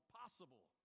possible